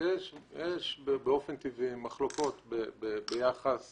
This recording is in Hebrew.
יש באופן טבעי מחלוקות ביחס